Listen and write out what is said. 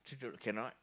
two dollar cannot